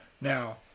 Now